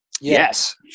Yes